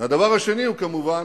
והדבר השני הוא, כמובן,